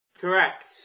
Correct